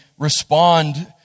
respond